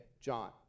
John